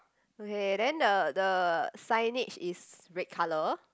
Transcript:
okay then the the signage is red colour